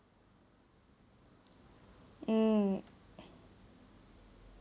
mm